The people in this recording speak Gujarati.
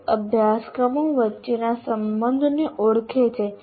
કોર્સ અભ્યાસક્રમો વચ્ચેના સંબંધોને ઓળખે છે